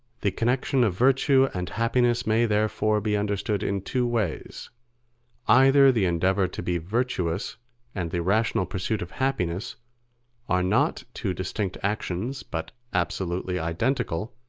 the connection of virtue and happiness may therefore be understood in two ways either the endeavour to be virtuous and the rational pursuit of happiness are not two distinct actions, but absolutely identical,